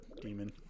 demon